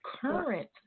current